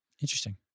Interesting